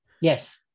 yes